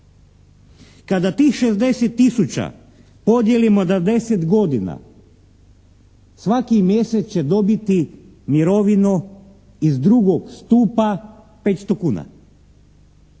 Kada tih 60 tisuća podijelimo na 10 godina, svaki mjesec će dobiti mirovinu iz drugog stupa 500 kuna.